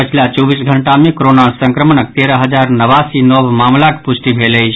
पछिला चौबीस घंटा मे कोरोना संक्रमणक तेरह हजार नवासी नव मामिलाक पुष्टि भेल अछि